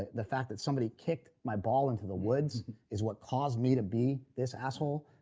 the the fact that somebody killed my ball into the woods is what caused me to be this asshole?